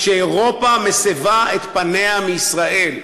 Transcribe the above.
כשאירופה מסבה את פניה מישראל?